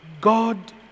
God